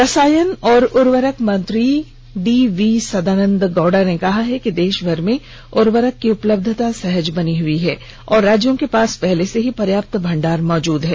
रसायन और उर्वरक मंत्री डी वी सदानंद गौडा नेकहा है कि देशभर में उर्वरक की उपलब्यता सहज बनी हई है और राज्यों के पास पहले से ही पर्याप्त भंडार मौजूद है